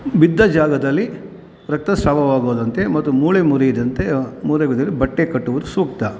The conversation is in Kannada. ಬಿದ್ದ ಜಾಗದಲ್ಲಿ ರಕ್ತಸ್ರಾವವಾಗದಂತೆ ಮತ್ತು ಮೂಳೆ ಮುರಿಯದಂತೆ ಮೂಳೆ ಮುರಿದರೆ ಬಟ್ಟೆ ಕಟ್ಟುವುದು ಸೂಕ್ತ